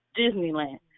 Disneyland